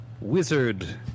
wizard